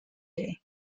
day